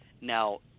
Now